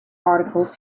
articles